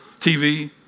TV